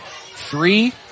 Three